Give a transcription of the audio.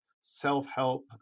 self-help